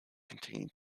containing